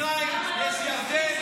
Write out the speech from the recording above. חברת הכנסת צגה מלקו,